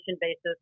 basis